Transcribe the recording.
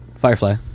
Firefly